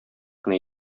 кенә